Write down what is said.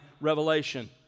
revelation